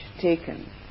taken